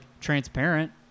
transparent